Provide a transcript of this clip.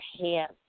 hands